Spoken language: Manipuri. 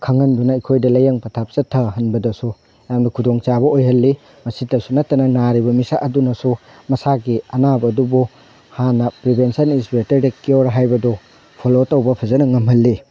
ꯈꯪꯍꯟꯗꯨꯅ ꯑꯩꯈꯣꯏꯗ ꯂꯥꯏꯌꯦꯡ ꯄꯊꯥꯞ ꯆꯠꯊꯍꯟꯕꯗꯁꯨ ꯌꯥꯝꯅ ꯈꯨꯗꯣꯡ ꯆꯥꯕ ꯑꯣꯏꯍꯜꯂꯤ ꯃꯁꯤꯇꯁꯨ ꯅꯠꯇꯅ ꯅꯥꯔꯤꯕ ꯃꯤꯁꯛ ꯑꯗꯨꯅꯁꯨ ꯃꯁꯥꯒꯤ ꯑꯅꯥꯕ ꯑꯗꯨꯕꯨ ꯍꯥꯟꯅ prevention is better than cure ꯍꯥꯏꯕꯗꯨ ꯐꯣꯂꯣ ꯇꯧꯕ ꯐꯖꯅ ꯉꯝꯍꯜꯂꯤ